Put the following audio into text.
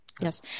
Yes